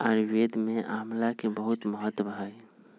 आयुर्वेद में आमला के बहुत महत्व हई